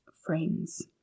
Friends